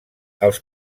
els